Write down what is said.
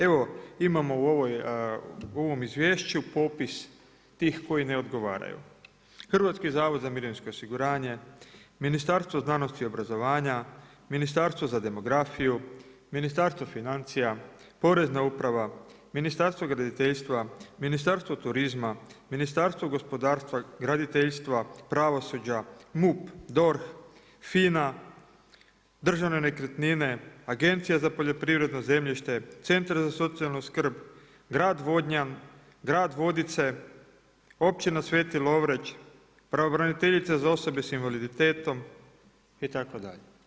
Evo imamo u ovom izvješću popis tih koji ne odgovaraju: Hrvatski zavod za mirovinsko osiguranje, Ministarstvo znanosti i obrazovanja, Ministarstvo za demografiju, Ministarstvo financija, Porezna uprava, Ministarstvo graditeljstva, Ministarstvo turizma, Ministarstvo gospodarstva, graditeljstva, pravosuđa, MUP, DORH, FINA, državne nekretnine, Agencija za poljoprivredno zemljište, centar za socijalnu skrb, grad Vodnjan, grad Vodice, općina Sveti Lovreć, pravobraniteljica za osobe sa invaliditetom, itd.